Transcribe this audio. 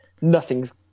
nothing's